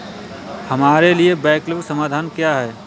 हमारे लिए वैकल्पिक समाधान क्या है?